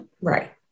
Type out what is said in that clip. Right